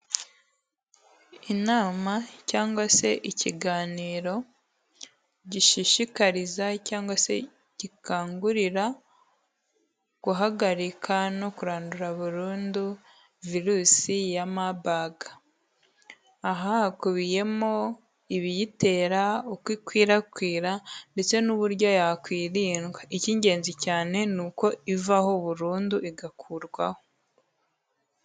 Inama cyangwa se ikiganiro gishishikariza, cyangwa se gikangurira, guhagarika no kurandura burundu virusi ya Marburg, aha hakubiyemo ibiyitera, uko ikwirakwira ndetse n'uburyo yakwirindwa, iki ngenzi cyane, ni uko ivaho burundu igakurwaho.